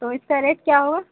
تو اس کا ریٹ کیا ہوگا